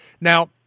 Now